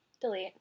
Delete